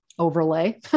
overlay